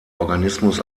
organismus